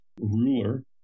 ruler